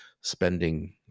spending